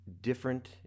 different